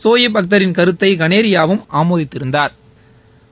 சோயிப் அக்தரின் கருத்தை கனோயாவும் ஆமோதித்திருந்தாா்